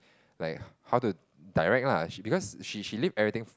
like how to direct lah because she she leaves everything